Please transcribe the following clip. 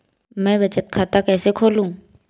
मैं बचत खाता कैसे खोलूँ?